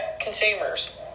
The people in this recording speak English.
consumers